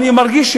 אני מרגיש,